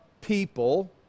people